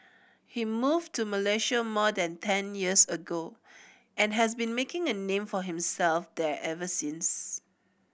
he moved to Malaysia more than ten years ago and has been making a name for himself there ever since